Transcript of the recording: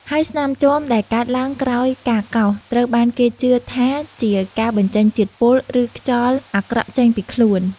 ហើយស្នាមជាំដែលកើតឡើងក្រោយការកោស ត្រូវបានគេជឿថាជាការបញ្ចេញជាតិពុល ឬខ្យល់អាក្រក់ចេញពីខ្លួន។